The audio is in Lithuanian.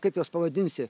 kaip juos pavadinsi